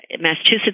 Massachusetts